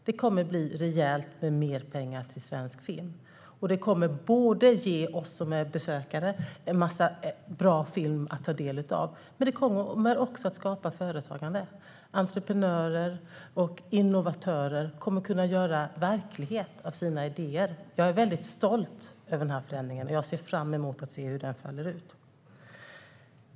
Det kommer att bli rejält mer pengar till svensk film. Det kommer att ge oss som är besökare en massa bra film att ta del av, men det kommer också att skapa företagande. Entreprenörer och innovatörer kommer att kunna göra verklighet av sina idéer. Jag är väldigt stolt över den här förändringen, och jag ser fram emot att se hur det faller ut.